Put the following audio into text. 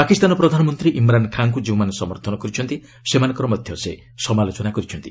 ପାକିସ୍ତାନ ପ୍ରଧାନମନ୍ତ୍ରୀ ଇମ୍ରାନ୍ ଖାଁକୁ ଯେଉଁମାନେ ସମର୍ଥନ କରିଛନ୍ତି ସେମାନଙ୍କର ମଧ୍ୟ ସେ ସମାଲୋଚନା କରିଛନ୍ତି